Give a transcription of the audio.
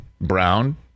Brown